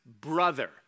brother